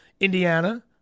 Indiana